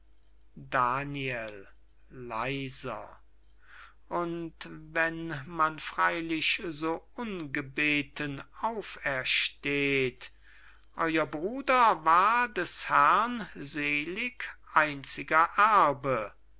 daniel leiser und wenn man freylich so ungebeten aufersteht euer bruder war des herrn selig einziger erbe